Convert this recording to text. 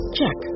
Check